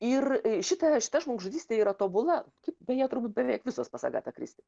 ir šita šita žmogžudystė yra tobula kaip beje turbūt beveik visos pas agatą kristi